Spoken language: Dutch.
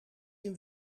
een